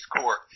court